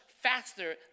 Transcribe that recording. faster